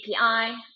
api